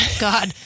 God